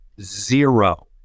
Zero